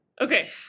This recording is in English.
Okay